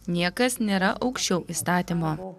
niekas nėra aukščiau įstatymo